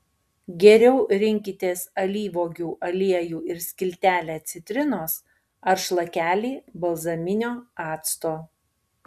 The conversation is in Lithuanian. geriau rinkitės alyvuogių aliejų ir skiltelę citrinos ar šlakelį balzaminio acto